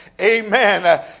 Amen